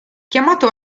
chiamato